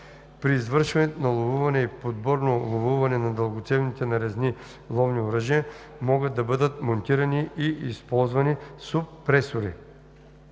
При извършването на ловуване и подборно ловуване на дългоцевните нарезни ловни оръжия могат да бъдат монтирани и използвани суппресори.“